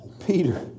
Peter